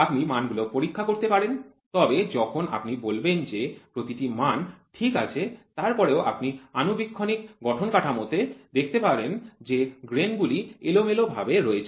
আপনি মানগুলি পরীক্ষা করতে পারেন তবে যখন আপনি বলবেন যে প্রতিটি মান ঠিক আছে তারপরেও আপনি আণুবীক্ষণিক গঠন কাঠামোতে দেখতে পারবেন যে গ্রেন গুলি এলোমেলোভাবে রয়েছে